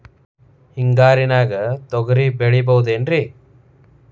ಹಿಂಗಾರಿನ್ಯಾಗ ತೊಗ್ರಿ ಬೆಳಿಬೊದೇನ್ರೇ?